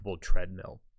treadmill